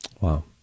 Wow